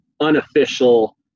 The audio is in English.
unofficial